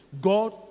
God